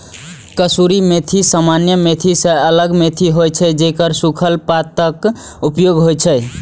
कसूरी मेथी सामान्य मेथी सं अलग मेथी होइ छै, जेकर सूखल पातक उपयोग होइ छै